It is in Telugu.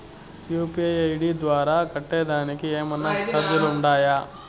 యు.పి.ఐ ఐ.డి ద్వారా కట్టేదానికి ఏమన్నా చార్జీలు ఉండాయా?